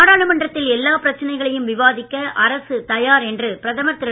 நாடாளுமன்றத்தில் எல்லா பிரச்சனைகளையும் விவாதிக்க அரசு தயார் என்று பிரதமர் திரு